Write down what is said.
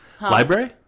library